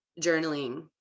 journaling